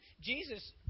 Jesus